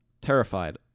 terrified